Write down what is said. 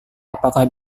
apakah